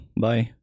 Bye